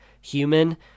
human